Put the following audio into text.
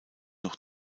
noch